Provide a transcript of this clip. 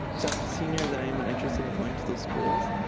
talk to seniors and anyone interested in going to those schools.